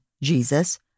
Jesus